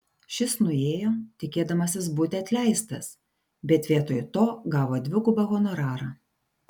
šis nuėjo tikėdamasis būti atleistas bet vietoj to gavo dvigubą honorarą